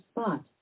spot